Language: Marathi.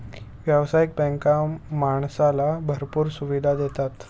व्यावसायिक बँका माणसाला भरपूर सुविधा देतात